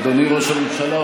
אדוני ראש הממשלה,